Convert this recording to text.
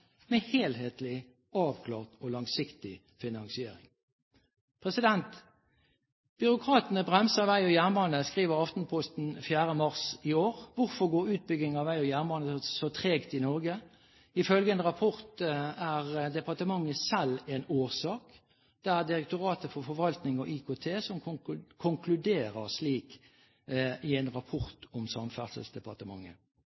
med helhetlig, avklart og langsiktig finansiering? «Byråkratene bremser vei og bane», skriver Aftenposten den 4. mars 2011. Hvorfor går utbyggingen av vei og jernbane så tregt i Norge? Ifølge en rapport er departementet selv en årsak. Det er Direktoratet for forvaltning og IKT som konkluderer slik i en